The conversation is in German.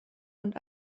und